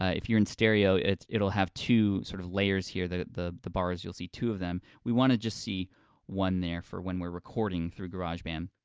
ah if you're in stereo, it'll it'll have two sort of layers here, the the bars, you'll see two of them, we wanna just see one there, for when we're recording through garageband.